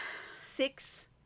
six